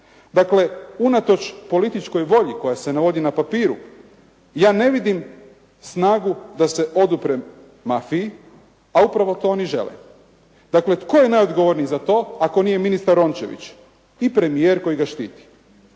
Dakle, unatoč političkoj volji koja se navodi na papiru ja ne vidim snagu da se oduprem mafiji, a upravo to oni žele. Dakle, tko je najodgovorniji za to ako nije ministar Rončević i premijer koji ga štiti.